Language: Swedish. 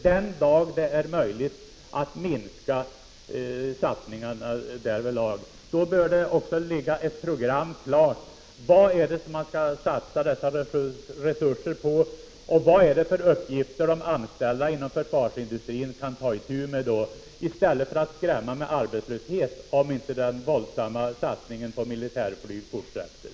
Den dag det är möjligt att minska satsningarna därvidlag bör det också ligga ett program klart för vad dessa resurser skall satsas på och vad det är för uppgifter de anställda inom försvarsindustrin kan ta itu med, i stället för att skrämma människor med arbetslöshet om inte den våldsamma satsningen på militärflyg fortsätter.